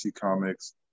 comics